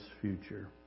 future